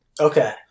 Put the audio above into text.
Okay